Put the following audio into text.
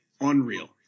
unreal